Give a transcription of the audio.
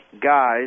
guys